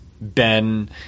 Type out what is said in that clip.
Ben